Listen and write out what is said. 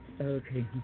Okay